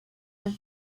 and